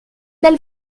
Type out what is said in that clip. belle